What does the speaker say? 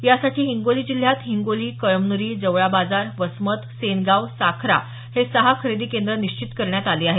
यासाठी हिंगोली जिल्ह्यात हिंगोली कळमन्री जवळा बाजार वसमत सेनगाव साखरा हे सहा खरेदी केंद्र निश्चित करण्यात आले आहेत